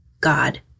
God